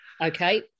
okay